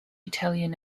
italian